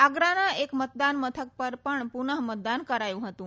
આગ્રાના એક મતદાન મથક પર પણ પુનઃ મતદાન કરાયું હતું